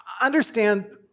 understand